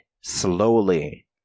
slowly